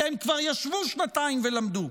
כי הם כבר ישבו שנתיים ולמדו,